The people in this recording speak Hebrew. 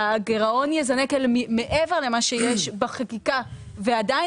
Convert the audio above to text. הגירעון יזנק אל מעבר למה שיש בחקיקה ועדיין